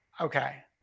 Okay